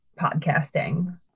podcasting